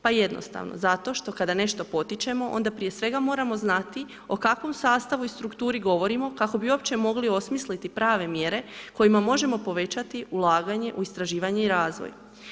Pa jednostavno zato što kada nešto potičemo onda prije svega moramo znati o kakvom sastavu i strukturi govorimo kako bi uopće mogli osmisliti prave mjere kojima možemo povećati ulaganje u istraživanje i razvoj.